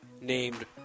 named